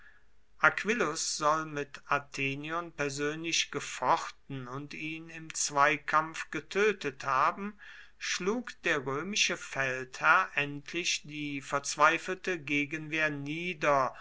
aquillius soll mit athenion persönlich gefochten und ihn im zweikampf getötet haben schlug der römische feldherr endlich die verzweifelte gegenwehr nieder